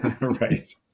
Right